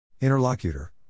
Interlocutor